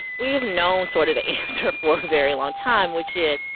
we have known sort of the answer for a very long time, which is,